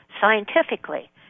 Scientifically